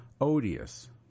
odious